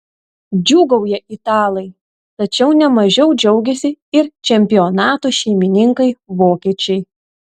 džiūgauja italai tačiau ne mažiau džiaugiasi ir čempionato šeimininkai vokiečiai